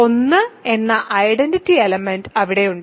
1 എന്ന identity element അവിടെയുണ്ട്